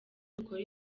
dukora